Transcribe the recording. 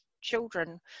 children